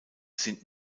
sind